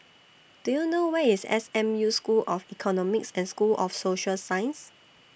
Do YOU know Where IS S M U School of Economics and School of Social Sciences